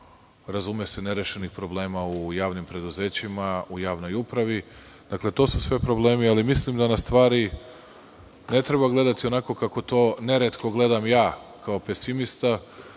do nerešenih problema u javnim preduzećima, u javnoj upravi. To sve problemi. Mislim da na stvari ne treba gledati onako kako to neretko gledam ja kao pesimista,